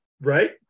Right